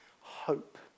Hope